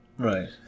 Right